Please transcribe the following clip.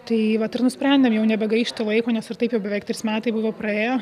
tai vat ir nusprendėm jau nebegaišti laiko nes ir taip jau beveik trys metai buvo praėję